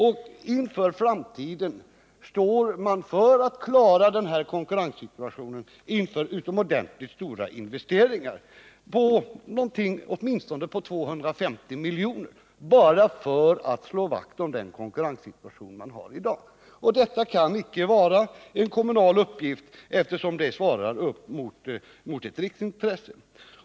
För att i framtiden klara konkurrensen på det sätt som sker i dag krävs utomordentligt stora investeringar — investeringar på åtminstone 250 milj.kr. Att göra dessa investeringar kan inte vara en kommunal uppgift, eftersom det här är fråga om ett riksintresse.